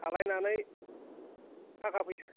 खालामनानै थाखा फैसा